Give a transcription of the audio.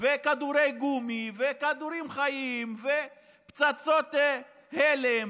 וכדורי גומי וכדורים חיים ופצצות הלם,